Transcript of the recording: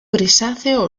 grisáceo